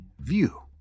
view